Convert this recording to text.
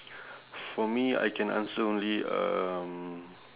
for me I can answer only um